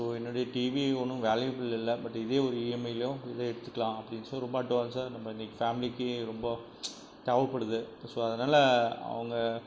so என்னுடைய TV ஒன்றும் valuable இல்லை பட் இதே ஒரு இஎம்ஐலும் இதை எடுத்துக்கலாம் ரொம்ப அட்வான்ஸாக நம்ப இன்னைக்கு ஃபேமிலிக்கு ரொம்ப தேவைப்படுது ஸோ அதனால் அவங்க